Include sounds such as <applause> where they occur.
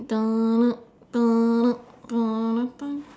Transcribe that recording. <noise>